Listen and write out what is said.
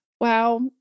wow